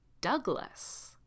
Douglas